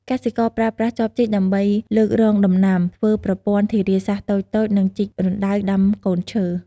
កសិករប្រើប្រាស់ចបជីកដើម្បីលើករងដំណាំ ធ្វើប្រព័ន្ធធារាសាស្រ្តតូចៗ និងជីករណ្តៅដាំកូនឈើ។